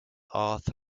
arthur